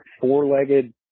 four-legged